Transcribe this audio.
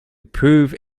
prove